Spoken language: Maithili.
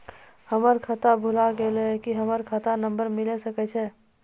हमर खाता भुला गेलै, की हमर खाता नंबर मिले सकय छै?